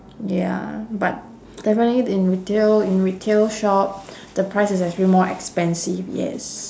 ya but definitely in retail in retail shop the price is actually more expensive yes